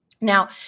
Now